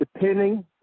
depending